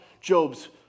Job's